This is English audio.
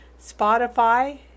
Spotify